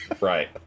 Right